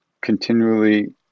continually